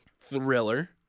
thriller